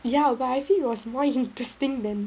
ya but I feel it was more interesting than